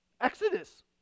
Exodus